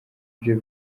byo